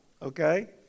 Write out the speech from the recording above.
Okay